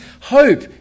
hope